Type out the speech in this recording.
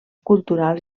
culturals